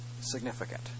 significant